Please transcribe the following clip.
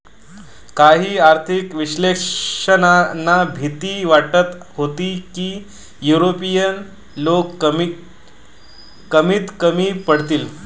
काही आर्थिक विश्लेषकांना भीती वाटत होती की युरोपीय लोक किमतीत कमी पडतील